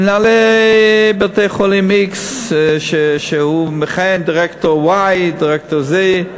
מנהל בית-חולים x מכהן כדירקטור y, דירקטור z,